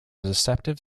deceptive